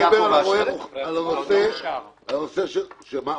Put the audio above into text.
אני מדבר על הנושא של רועה רוחני.